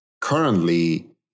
currently